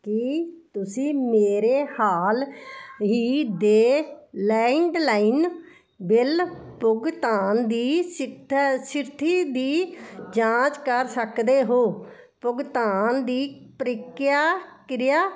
ਕੀ ਤੁਸੀਂ ਮੇਰੇ ਹਾਲ ਹੀ ਦੇ ਲੈਂਡਲਾਈਨ ਬਿੱਲ ਭੁਗਤਾਨ ਦੀ ਸਿਥਾ ਸਥਿਤੀ ਦੀ ਜਾਂਚ ਕਰ ਸਕਦੇ ਹੋ ਭੁਗਤਾਨ ਦੀ ਪ੍ਰਕਿਰਿਆ ਕਿਰਿਆ